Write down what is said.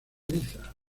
niza